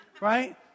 Right